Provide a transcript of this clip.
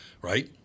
Right